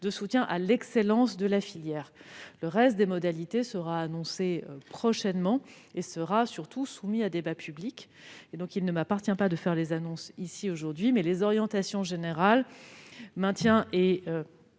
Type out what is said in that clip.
de soutien à l'excellence de la filière. Le reste des modalités sera annoncé prochainement et soumis à débat public. Il ne m'appartient pas de faire des annonces ici, aujourd'hui, mais les orientations générales sont bien celles